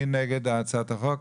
מי נגד הצעת החוק?